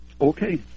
Okay